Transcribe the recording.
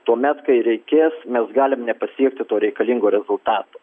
tuomet kai reikės mes galim nepasiekti to reikalingo rezultato